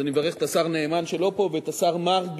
אז אני מברך את השר נאמן, שאינו פה, ואת השר מרגי,